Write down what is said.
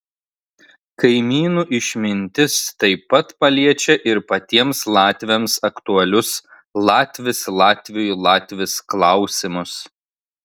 kaimynų išmintis taip pat paliečia ir patiems latviams aktualius latvis latviui latvis klausimus